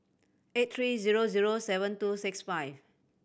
eight three zero zero seven two six five